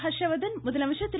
ஹர்ஷ்வர்தன் முதலமைச்சர் திரு